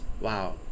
wow